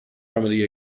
remedy